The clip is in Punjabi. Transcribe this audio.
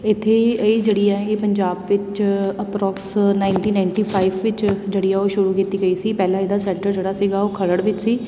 ਇੱਥੇ ਇਹ ਜਿਹੜੀ ਆ ਇਹ ਪੰਜਾਬ ਵਿੱਚ ਅਪਰੋਕਸ ਨਾਈਨਟੀਨ ਨਾਈਂਟੀ ਫਾਈਵ ਵਿੱਚ ਜਿਹੜੀ ਆ ਉਹ ਸ਼ੁਰੂ ਕੀਤੀ ਗਈ ਸੀ ਪਹਿਲਾਂ ਇਹਦਾ ਸੈਂਟਰ ਜਿਹੜਾ ਸੀਗਾ ਉਹ ਖਰੜ ਵਿੱਚ ਸੀ